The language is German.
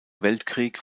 weltkrieg